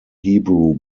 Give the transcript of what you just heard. hebrew